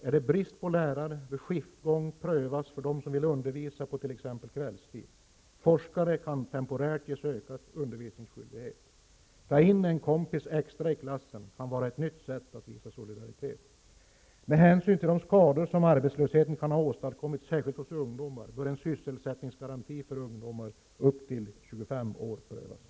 Är det brist på lärare bör skiftgång prövas för dem som vill undervisa på t.ex. kvällstid. Forskare kan temporärt ges ökad undervisningsskyldighet. Att ta in en kompis extra i klassen kan vara ett nytt sätt att visa solidaritet. Med hänsyn till de skador som arbetslösheten kan åstadkomma särskilt hos ungdomar bör en sysselsättningsgaranti för ungdomar upp till 25 år prövas.